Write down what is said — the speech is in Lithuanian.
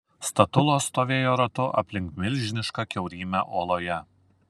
statulos stovėjo ratu aplink milžinišką kiaurymę uoloje